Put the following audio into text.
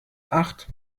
acht